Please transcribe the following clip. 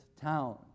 town